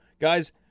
Guys